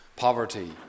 poverty